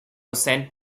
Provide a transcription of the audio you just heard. saint